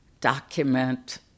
document